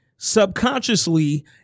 subconsciously